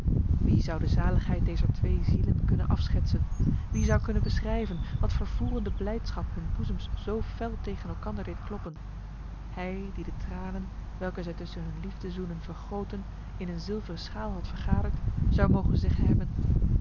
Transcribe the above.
wie zou de zaligheid dezer twee zielen kunnen afschetsen wie zou kunnen beschrijven wat vervoerende blijdschap hun boezems zo fel tegen elkander deed kloppen hij die de tranen welke zij tussen hun liefdezoenen vergoten in een zilveren schaal had vergaderd zou mogen zeggen hebben